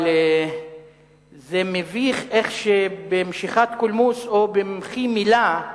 אבל זה מביך איך שבמשיכת קולמוס או במחי מלה,